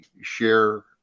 share